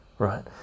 Right